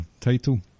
title